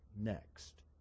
next